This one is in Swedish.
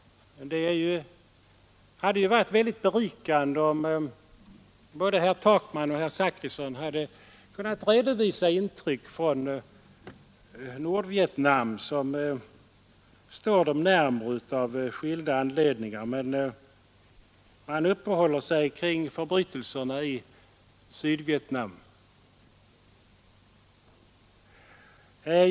Det hade ju varit väldigt berikande om både herr Takman och herr Zachrisson hade kunnat redovisa intryck från Nordvietnam som står dem närmare av skilda anledningar, men man uppehåller sig uteslutande vid förbrytelser i Sydvietnam.